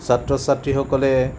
ছাত্ৰ ছাত্ৰীসকলে